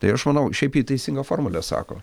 tai aš manau šiaip ji teisingą formulę sako